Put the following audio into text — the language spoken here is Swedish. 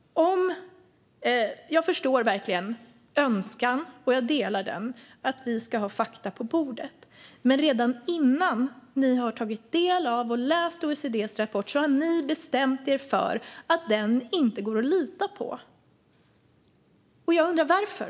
Jag förstår verkligen önskan - och jag instämmer i den - att vi ska få fakta på bordet. Men redan innan ni har tagit del av och läst OECD:s rapport har ni bestämt er för att den inte går att lita på. Jag undrar varför.